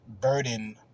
burden